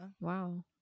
wow